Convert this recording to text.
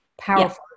powerful